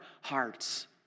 hearts